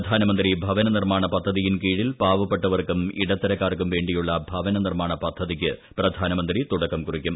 പ്രധാനമന്ത്രി ഭൂവന നിർമ്മാണ പദ്ധതിയിൻ കീഴിൽ പാവപ്പെട്ടവർക്കുട്ടു ഇടത്തരക്കാർക്കും വേണ്ടിയുള്ള ഭവന നിർമ്മാണ പദ്ധതിക്ക് പ്രധാനമന്ത്രി തുടക്കം കുറിക്കും